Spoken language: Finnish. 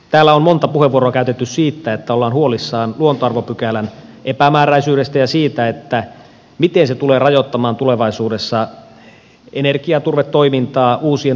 täällä on monta puheenvuoroa käytetty siitä että ollaan huolissaan luontoarvopykälän epämääräisyydestä ja siitä miten se tulee rajoittamaan tulevaisuudessa energiaturvetoimintaa uusien turvesoiden avaamista